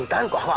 like uncle, ah